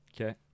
okay